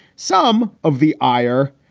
some of the ire,